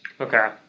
Okay